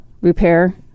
repair